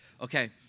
Okay